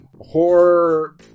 Horror